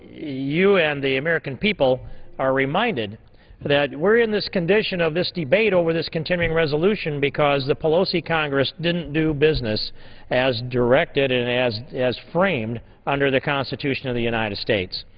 you and the american people are reminded that we're in this condition of this debate over this continuing resolution because the pelosi congress didn't do business as directed and as as framed under the constitution of the united states.